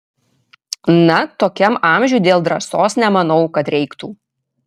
na tokiam amžiuj dėl drąsos nemanau kad reiktų